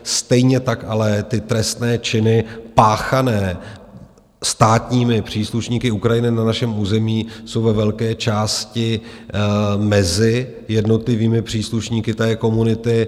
Stejně tak ale trestné činy páchané státními příslušníky Ukrajiny na našem území jsou ve velké části mezi jednotlivými příslušníky té komunity.